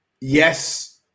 Yes